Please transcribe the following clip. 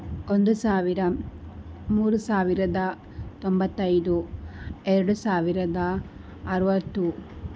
ಒಂದು ಸಾವಿರ ಮೂರು ಸಾವಿರದ ತೊಂಬತ್ತೈದು ಎರಡು ಸಾವಿರದ ಅರುವತ್ತು